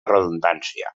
redundància